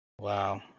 Wow